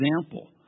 example